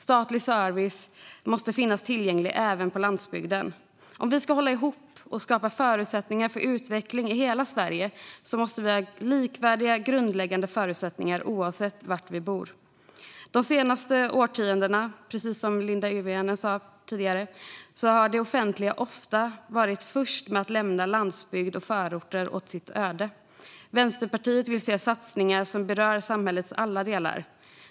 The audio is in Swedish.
Statlig service måste finnas tillgänglig även på landsbygden. Om vi ska hålla ihop och skapa förutsättningar för utveckling i hela Sverige måste vi ha likvärdiga grundläggande förutsättningar oavsett var vi bor. De senaste årtiondena har, precis som Linda Ylivainio sa tidigare, det offentliga ofta varit först med att lämna landsbygd och förorter åt deras öde. Vänsterpartiet vill se satsningar som berör samhällets alla delar.